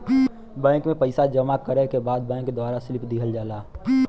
bank में पइसा जमा करे के बाद बैंक द्वारा स्लिप दिहल जाला